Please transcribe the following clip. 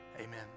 Amen